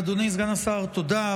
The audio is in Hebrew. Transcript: אדוני סגן השר, תודה.